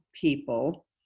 people